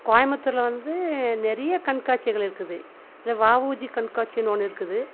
கோயமுத்தூரில் வந்து நிறைய கண்காட்சிகள் இருக்குது இந்த வாஉசி கண்காட்சினு ஒன்று இருக்குது